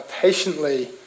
patiently